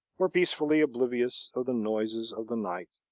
were peacefully oblivious of the noises of the night,